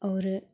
और